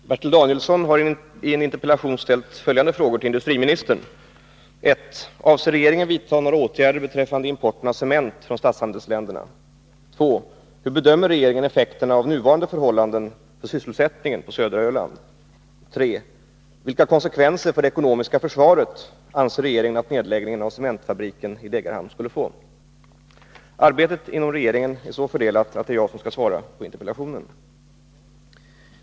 Fru talman! Bertil Danielsson har i en interpellation ställt följande frågor till industriministern: 2. Hur bedömer regeringen effekterna av nuvarande förhållanden för sysselsättningen på södra Öland? 3. Vilka konsekvenser för det ekonomiska försvaret anser regeringen att nedläggningen av cementfabriken i Degerhamn skulle få? Arbetet inom regeringen är så fördelat att det är jag som skall svara på interpellationen.